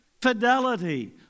Fidelity